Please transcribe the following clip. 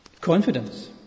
confidence